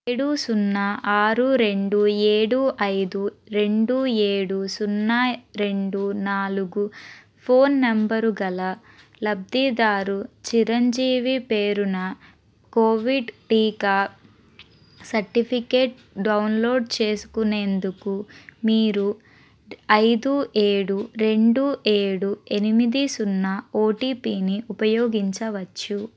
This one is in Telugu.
ఏడు సున్నా ఆరు రెండు ఏడు ఐదు రెండు ఏడు సున్నా రెండు నాలుగు ఫోన్ నెంబరు గల లబ్ధిదారు చిరంజీవి పేరున కోవిడ్ టీకా సర్టిఫికెట్ డౌన్లోడ్ చేసుకునేందుకు మీరు ఐదు ఏడు రెండు ఏడు ఎనిమిది సున్నా ఓటిపిని ఉపయోగించవచ్చు